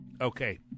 Okay